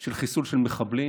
של חיסול מחבלים,